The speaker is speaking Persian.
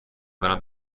برم